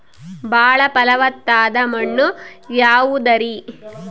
ಬಾಳ ಫಲವತ್ತಾದ ಮಣ್ಣು ಯಾವುದರಿ?